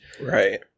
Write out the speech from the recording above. Right